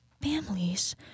families